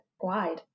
wide